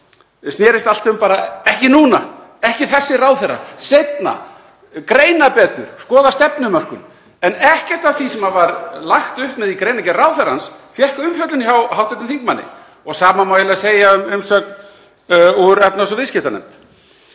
snerist bara allt um: Ekki núna, ekki þessi ráðherra, seinna, greina betur, skoða stefnumörkun, en ekkert af því sem var lagt upp með í greinargerð ráðherrans fékk umfjöllun hjá hv. þingmanni. Hið sama má eiginlega segja um umsögn úr efnahags- og viðskiptanefnd.